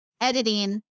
editing